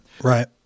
Right